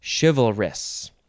chivalrous